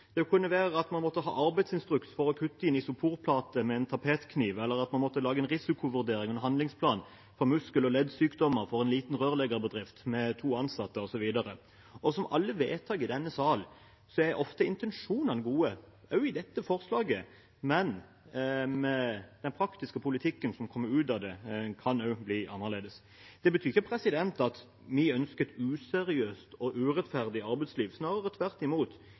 Det kunne være at man måtte ha arbeidsinstruks for å kutte i en isoporplate med en tapetkniv, eller at man måtte lage en risikovurdering og en handlingsplan for muskel- og leddsykdommer for en liten rørleggerbedrift med to ansatte, osv. Som med alle forslag til vedtak i denne salen er ofte intensjonene gode, også i dette forslaget, men den praktiske politikken som kommer ut av det, kan bli annerledes. Det betyr ikke at vi ønsker et useriøst og urettferdig arbeidsliv, snarere tvert imot.